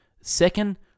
Second